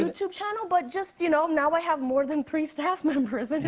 youtube channel, but just, you know, now i have more than three staff members.